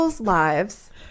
lives